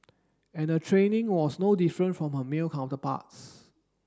and her training was no different from her male counterparts